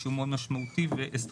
זהו הסכם משמעותי מאוד ואסטרטגי.